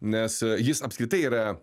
nes jis apskritai yra